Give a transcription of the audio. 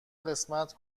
قسمت